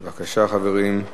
בבקשה, חברים.